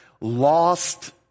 lost